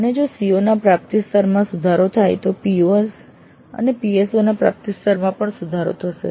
અને જો CO ના પ્રાપ્તિ સ્તરમાં સુધારો થાય તો POs અને PSO ના પ્રાપ્તિ સ્તરોમાં પણ સુધારો થશે